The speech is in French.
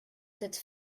cette